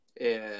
and-